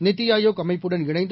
நித்தி ஆயோக் அமைப்புடன் இணைந்து